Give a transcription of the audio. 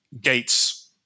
gates